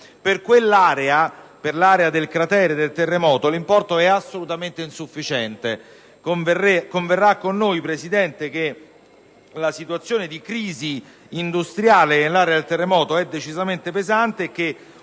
per l'area del cratere del terremoto, è assolutamente insufficiente, converrà con noi, signor Presidente, che la situazione di crisi industriale nell'area del terremoto è estremamente pesante e che